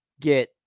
get